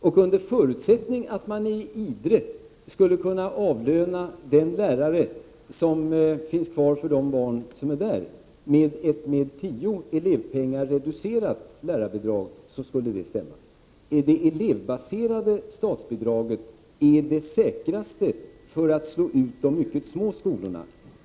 Och under förutsättning att man i Idre skulle kunna avlöna den lärare som finns kvar för de barn som är där med ett med tio elevpengar reducerat lärarbidrag, skulle det stämma. Ett elevbaserat statsbidrag är det säkraste att slå ut de mycket små skolorna.